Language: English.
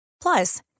Plus